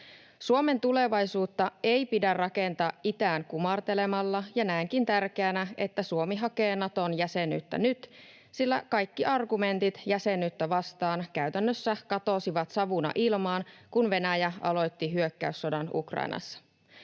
Suomen tulevaisuutta ei pidä rakentaa itään kumartelemalla, ja näenkin tärkeänä, että Suomi hakee Naton jäsenyyttä nyt, sillä kaikki argumentit jäsenyyttä vastaan käytännössä katosivat savuna ilmaan, kun Venäjä aloitti hyökkäyssodan Ukrainassa.